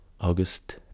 August